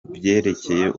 vyerekeye